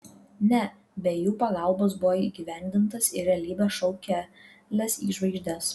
ne be jų pagalbos buvo įgyvendintas ir realybės šou kelias į žvaigždes